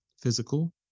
physical